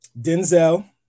Denzel